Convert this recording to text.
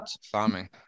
farming